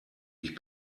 ich